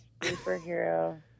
superhero